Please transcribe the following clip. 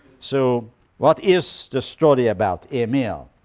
so what is the story about emile?